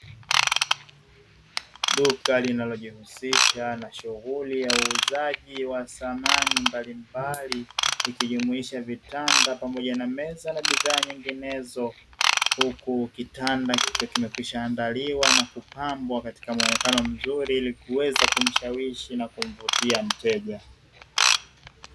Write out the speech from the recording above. Duka linalojihusisha na shughuli ya uuzaji wa samani mbalimbali, ikijumuisha vitanda pamoja na meza na bidhaa nyinginezo, huku kitanda kikiwa kimekwisha andaliwa na kupambwa katika muonekano mzuri kuweza kumshawishi na kumvutia mteja.